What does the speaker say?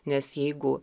nes jeigu